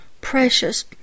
precious